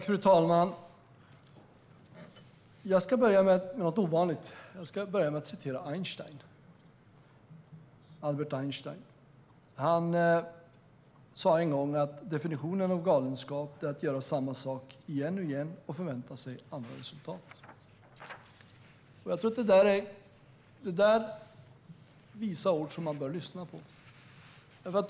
Fru talman! Jag ska börja med något ovanligt. Jag ska börja med att citera Albert Einstein. Han sa en gång: "Definitionen av galenskap är att göra samma sak igen och igen och förvänta sig andra resultat." Det är visa ord som man bör lyssna på.